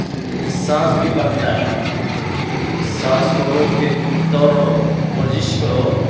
سانس بھی بڑھتا ہے سانس کو روک کے تم دوڑو ورزش کرو